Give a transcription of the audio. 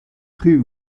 rue